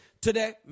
today